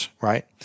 right